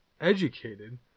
educated